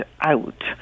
out